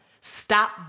Stop